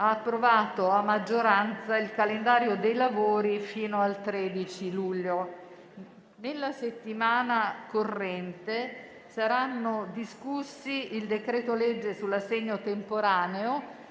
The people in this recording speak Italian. ha approvato a maggioranza il calendario dei lavori fino al 13 luglio. Nella settimana corrente saranno discussi il decreto-legge sull'assegno temporaneo